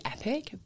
epic